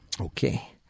Okay